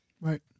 Right